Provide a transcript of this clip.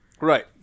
Right